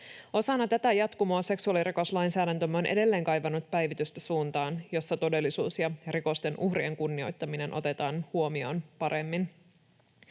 Osana tätä jatkumoa seksuaalirikoslainsäädäntömme on edelleen kaivannut päivitystä suuntaan, jossa todellisuus ja rikosten uhrien kunnioittaminen otetaan huomioon paremmin.